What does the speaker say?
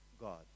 God